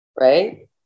Right